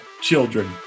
children